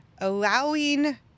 allowing